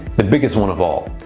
the biggest one of all,